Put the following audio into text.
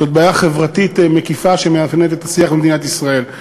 זאת בעיה חברתית מקיפה שמאפיינת את השיח במדינת ישראל.